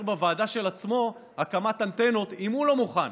בוועדה של עצמו הקמת אנטנות אם הוא לא מוכן,